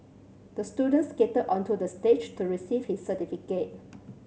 the student skated onto the stage to receive his certificate